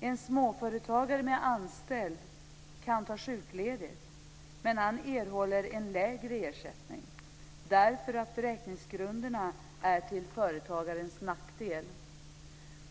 En småföretagare med anställd kan ta sjukledigt, men han erhåller en lägre ersättning därför att beräkningsgrunderna är till företagarens nackdel.